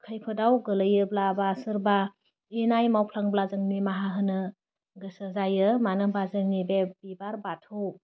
खैफोदाव गोलैयोबा बा सोरबा इनाय मावफ्लांबा जों निमाहा होनो गोसो जायो मानो होनबा जोंनि बे बिबार बाथौ